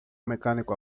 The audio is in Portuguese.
mecânico